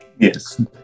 yes